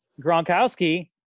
Gronkowski